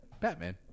Batman